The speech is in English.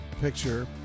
picture